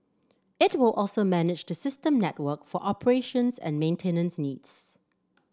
it will also manage the system network for operations and maintenance needs